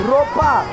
Ropa